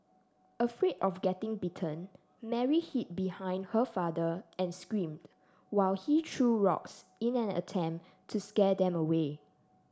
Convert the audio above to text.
afraid of getting bitten Mary hid behind her father and screamed while he threw rocks in an attempt to scare them away